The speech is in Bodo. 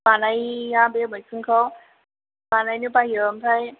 बानाइया बे मैखुनखौ बानायनो बायो ओमफ्राय